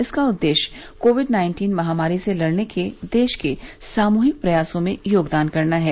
इसका उद्देश्य Covid nineteen महामारी से लड़ने के देश के सामूहिक प्रयासों में योगदान करना है